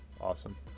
Awesome